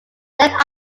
left